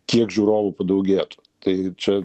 kiek žiūrovų padaugėtų tai čia